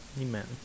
Amen